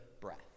breath